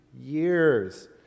years